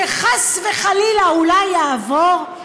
שחס וחלילה אולי יעבור,